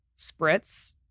spritz